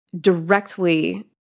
directly